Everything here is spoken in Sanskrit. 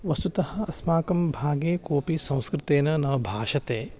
वस्तुतः अस्माकं भागे कोपि संस्कृतेन न भाषते